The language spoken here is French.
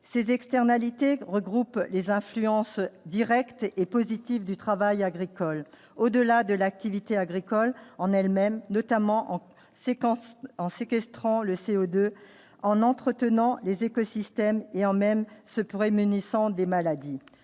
ces externalités regroupe les influences directes et positifs du travail agricole, au-delà de l'activité agricole en elles-mêmes, notamment en séquence en séquestrant le CO2 en entretenant les écosystèmes et en même, ce pourrait mener sans des maladies,